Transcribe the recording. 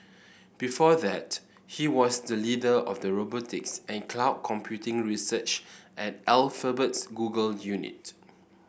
before that he was the leader of the robotics and cloud computing research at Alphabet's Google unit